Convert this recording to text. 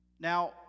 Now